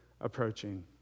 approaching